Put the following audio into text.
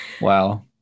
Wow